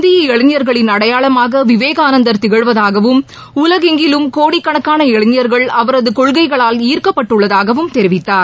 இந்திய இளைஞர்களின் அடையாளமாக விவேகானந்தர் திகழ்வதாகவும் உலகெங்கிலும் கோடிக்கணக்கான இளைஞர்கள் அவரது கொள்கைகளால் ஈர்க்கப்பட்டுள்ளதாகவும் தெரிவித்தார்